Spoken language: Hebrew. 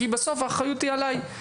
כי בסוף האחריות היא עליי".